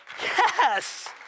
Yes